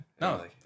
No